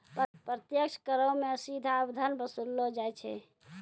प्रत्यक्ष करो मे सीधा धन वसूललो जाय छै